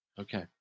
Okay